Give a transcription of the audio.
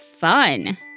fun